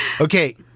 Okay